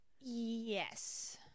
yes